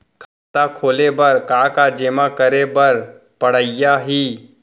खाता खोले बर का का जेमा करे बर पढ़इया ही?